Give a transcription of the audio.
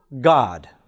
God